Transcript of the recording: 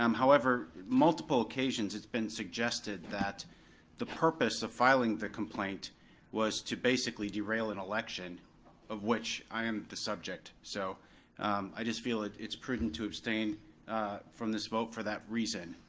um however, multiple occasions, it's been suggested that the purpose of filing the complaint was to basically derail an election of which i am the subject. so i just feel it's prudent to abstain from this vote for that reason.